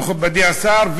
מכובדי השר,